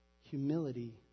humility